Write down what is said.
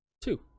two